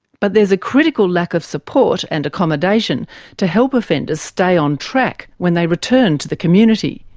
but there's a critical lack of support and accommodation to help offenders stay on track when they return to the community.